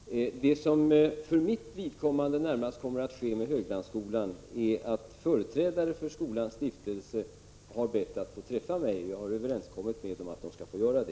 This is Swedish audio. Fru talman! Det som för mitt vidkommande närmast kommer att ske när det gäller Höglandsskolan är följande. Företrädare för skolans stiftelse har bett att få träffa mig, och jag har överenskommit med dem att så skall ske.